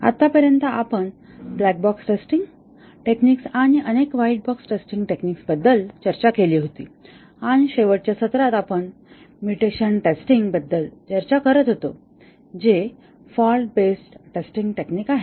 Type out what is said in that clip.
आतापर्यंत आपण black box testing techniques आणि अनेक व्हाईट बॉक्स टेस्टिंग टेक्निक्स बद्दल चर्चा केली होती आणि शेवटच्या सत्रात आपण म्युटेशन टेस्टिंग बद्दल चर्चा करत होतो जे फॉल्ट बेस्ड टेस्टिंग टेक्निक आहे